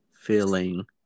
feeling